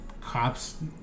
Cops